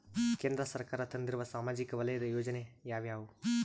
ಕೇಂದ್ರ ಸರ್ಕಾರ ತಂದಿರುವ ಸಾಮಾಜಿಕ ವಲಯದ ಯೋಜನೆ ಯಾವ್ಯಾವು?